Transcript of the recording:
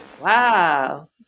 Wow